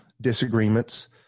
disagreements